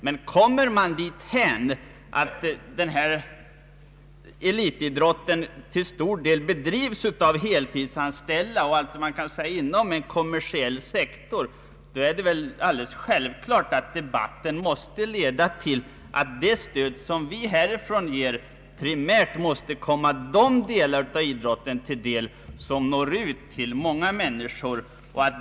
Men kommer man dithän att elitidrotten till stor del bedrivs av heltidsanställda inom en kommersiell sektor, så är det väl ofrånkomligt att det måste leda till att det stöd som vi ger härifrån primärt måste komma de delar av idrotten till godo som når ut till många människor.